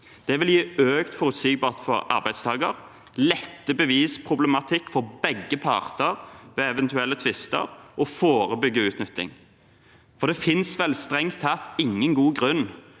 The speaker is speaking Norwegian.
og regjeringsmedlemer 2024 arbeidstakeren, lette bevisproblematikk for begge parter ved eventuelle tvister og forebygge utnytting, for det finnes vel strengt tatt ingen god grunn